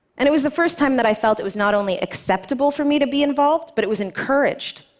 and it was the first time that i felt it was not only acceptable for me to be involved, but it was encouraged.